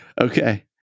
Okay